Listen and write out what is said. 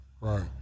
Right